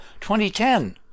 2010